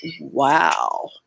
Wow